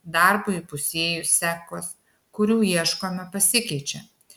darbui įpusėjus sekos kurių ieškome pasikeičia